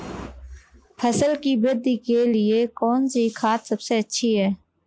फसल की वृद्धि के लिए कौनसी खाद सबसे अच्छी है?